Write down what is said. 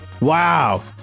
Wow